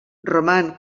roman